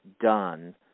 done